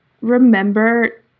remember